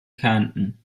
kärnten